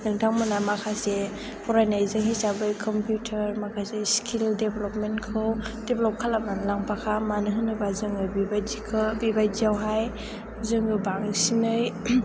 नोंथांमोना माखासे फरायनायजों हिसाबै कमपिउटार माखासे स्किल डेबलपमेन्टखौ डेबलप खालामनानै लांफाखा मानो होनोबा जों बेबायदिखौ बेबायदियावहाय जों बांसिनै